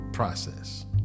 process